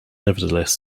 nevertheless